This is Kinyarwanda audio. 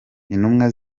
intumwa